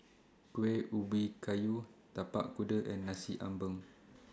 Kueh Ubi Kayu Tapak Kuda and Nasi Ambeng